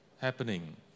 happening